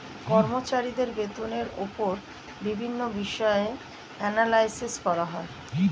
কর্মচারীদের বেতনের উপর বিভিন্ন বিষয়ে অ্যানালাইসিস করা হয়